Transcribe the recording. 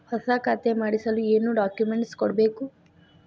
ಹೊಸ ಖಾತೆ ಮಾಡಿಸಲು ಏನು ಡಾಕುಮೆಂಟ್ಸ್ ಕೊಡಬೇಕು?